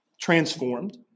transformed